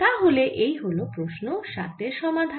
তাহলে এই হল প্রশ্ন 7 এর সমাধান